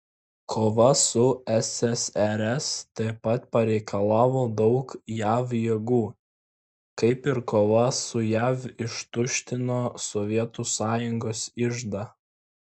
kova su ssrs taip pat pareikalavo daug jav jėgų kaip ir kova su jav ištuštino sovietų sąjungos iždą